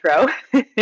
intro